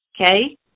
okay